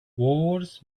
wars